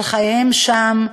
על חייהם שם,